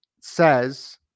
says